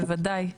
בוודאי.